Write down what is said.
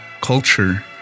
culture